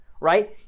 right